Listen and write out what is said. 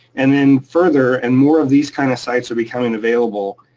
and then further and more of these kind of sites are becoming available.